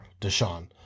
Deshaun